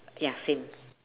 ya same